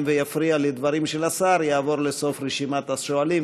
ויפריע לדברים של השר יעבור לסוף רשימת השואלים,